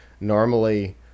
normally